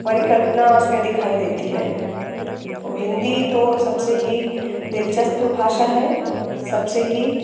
परिकल्पना उसमें दिखाई देती है हिंदी तो सबसे ही दिलचस्प भाषा है सबसे ही